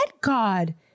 God